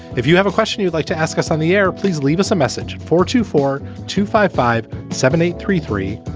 if you have a question you'd like to ask us on the air, please leave us a message for two four two five five seven eight three three.